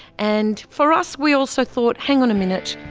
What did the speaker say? and for us we also thought, hang on a minute,